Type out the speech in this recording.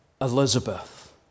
Elizabeth